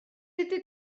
ydy